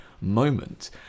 moment